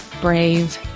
brave